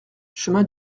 chemin